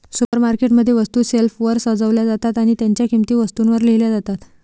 supermarket मध्ये, वस्तू शेल्फवर सजवल्या जातात आणि त्यांच्या किंमती वस्तूंवर लिहिल्या जातात